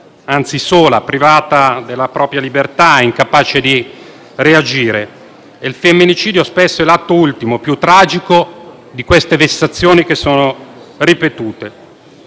sola, privata della propria libertà, incapace di reagire. Il femminicidio spesso è l'atto ultimo, più tragico di queste vessazioni che sono ripetute.